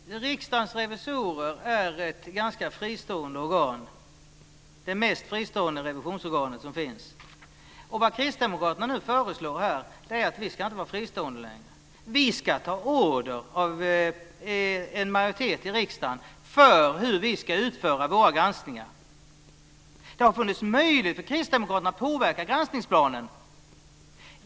Fru talman! Riksdagens revisorer är ett ganska fristående organ - det mest fristående revisionsorgan som finns. Vad kristdemokraterna nu föreslår är att vi inte längre ska vara fristående. Vi ska ta order av en majoritet i riksdagen när det gäller hur vi ska utföra våra granskningar. Det har funnits möjlighet för kristdemokraterna att påverka granskningsplanen.